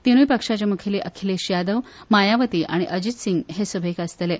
तिनुय पक्षाचे मुखेली अखिलेश यादव मायावती आनी अजित सिंग हे सभेक आसतले